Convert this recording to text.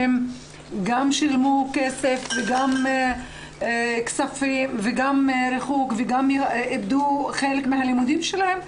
שגם שילמו כסף וגם חוו ריחוק וגם איבדו חלק מן הלימודים שלהם,